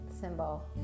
symbol